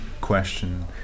question